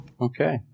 Okay